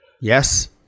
yes